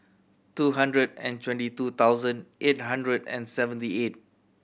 two hundred and twenty two thousand eight hundred and seventy eight